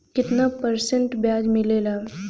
कितना परसेंट ब्याज मिलेला?